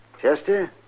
Chester